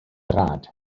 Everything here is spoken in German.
draht